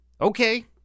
okay